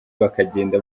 bakagenda